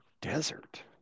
Desert